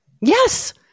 Yes